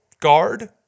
guard